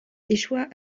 échoit